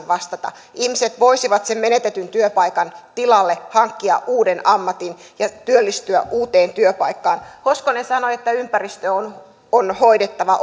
vastata ihmiset voisivat sen menetetyn työpaikan tilalle hankkia uuden ammatin ja työllistyä uuteen työpaikkaan hoskonen sanoi että ympäristö on on hoidettava